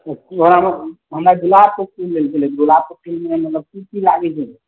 ओकरामे हमर गुलाबके फूल लयके छलै गुलाबके फूलमे मतलब की की लागै छै